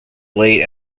late